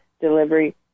delivery